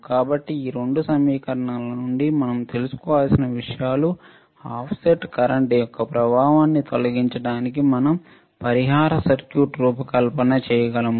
కాబట్టి ఈ 2 సమీకరణాల నుండి మనం తెలుసుకోవలసిన విషయాలు ఆఫ్సెట్ కరెంట్ యొక్క ప్రభావాన్ని తొలగించడానికి మనం పరిహార సర్క్యూట్ రూపకల్పన చేయగలము